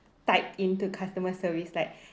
type into customer service like